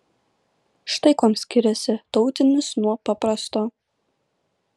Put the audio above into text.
štai kuom skiriasi tautinis nuo paprasto